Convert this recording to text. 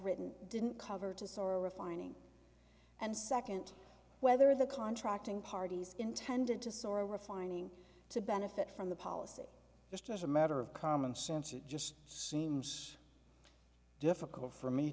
written didn't cover to soar refining and second whether the contracting parties intended to store a refining to benefit from the policy just as a matter of common sense it just seems difficult for me